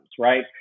right